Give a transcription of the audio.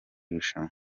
rushanwa